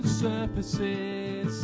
surfaces